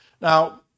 Now